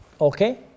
okay